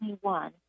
one